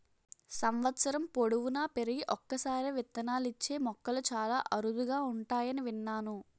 సంవత్సరం పొడువునా పెరిగి ఒక్కసారే విత్తనాలిచ్చే మొక్కలు చాలా అరుదుగా ఉంటాయని విన్నాను